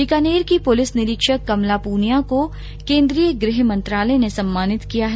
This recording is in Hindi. बीकानेर की पुलिस निरीक्षक कमला प्रनिया को केन्द्रीय गृह मंत्रालय ने सम्मानित किया है